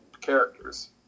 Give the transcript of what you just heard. characters